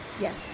Yes